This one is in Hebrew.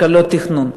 הקלות בתכנון,